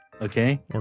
Okay